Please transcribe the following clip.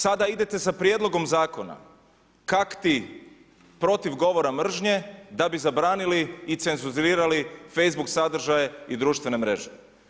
Sada idete sa prijedlogom zakonom, kak ti, protiv govora mržnje da bi zabranili i cenzurirali Facebook sadržaj i društvene mreže.